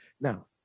Now